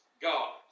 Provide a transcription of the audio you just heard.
God